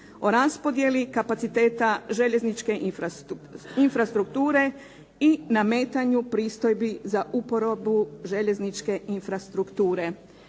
o raspodjeli kapaciteta željezničke infrastrukture i nametanju pristojbi za uporabu željezničke infrastrukture.